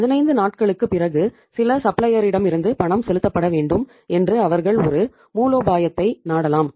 15 நாட்களுக்குப் பிறகு சில சப்ளையரிடமிருந்து பணம் செலுத்தப்பட வேண்டும் என்று அவர்கள் ஒரு மூலோபாயத்தை நாடலாம்